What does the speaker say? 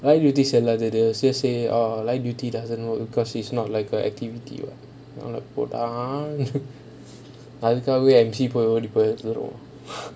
light duties oh they will just say oh light duties doesn't work because it's not like activity [what] போடங்கு அதுக்காகவே ஓடிப்போய்டுவோம்:podaangu athukaagavae odipoiduvom